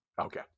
Okay